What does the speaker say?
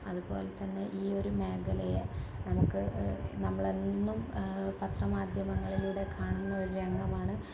അതുപോലെതന്നെ ഈ ഒരു മേഖലയെ നമുക്ക് നമ്മളെന്നും പത്രമാധ്യമങ്ങളിലൂടെ കാണുന്ന ഒരു രംഗമാണ്